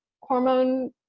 hormone